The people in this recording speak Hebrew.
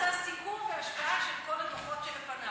הדוח האחרון עשה סיכום בהשוואה של כל הדוחות שלפניו.